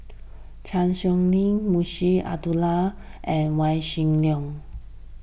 Chan Sow Lin Munshi Abdullah and Yaw Shin Leong